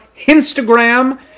Instagram